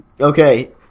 Okay